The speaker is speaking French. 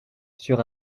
sur